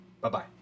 Bye-bye